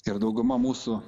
ir dauguma mūsų